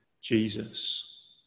Jesus